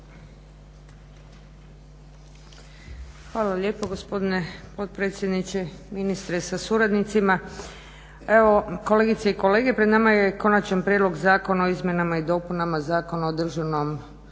Hvala lijepo gospodine potpredsjedniče. Ministre sa suradnicima, kolegice i kolege. Pred nama je Konačan prijedlog Zakona o izmjenama i dopunama Zakona o Državnom